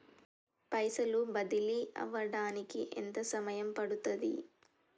పైసలు బదిలీ అవడానికి ఎంత సమయం పడుతది?